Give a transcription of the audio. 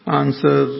answer